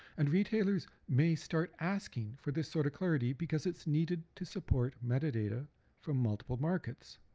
and retailers may start asking for this sort of clarity because it's needed to support metadata from multiple markets.